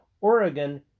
Oregon